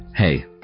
Hey